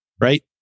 right